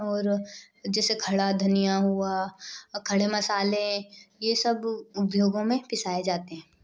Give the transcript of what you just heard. और जैसे खड़ा धनिया हुआ खड़े मसाले यह सब उद्योगों में पिसाए जाते है